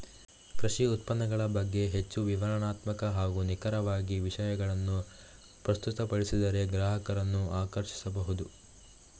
ಕೃಷಿ ಉತ್ಪನ್ನಗಳ ಬಗ್ಗೆ ಹೆಚ್ಚು ವಿವರಣಾತ್ಮಕ ಹಾಗೂ ನಿಖರವಾಗಿ ವಿಷಯಗಳನ್ನು ಪ್ರಸ್ತುತಪಡಿಸಿದರೆ ಗ್ರಾಹಕರನ್ನು ಆಕರ್ಷಿಸಬಹುದು